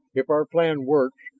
if our plan works,